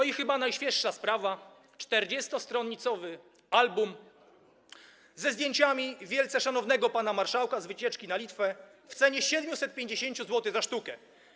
I chyba najświeższa sprawa, 40-stronicowy album ze zdjęciami wielce szanownego pana marszałka z wycieczki na Litwę w cenie 750 zł za sztukę.